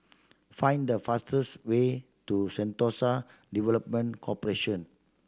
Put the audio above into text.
find the fastest way to Sentosa Development Corporation